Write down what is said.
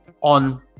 on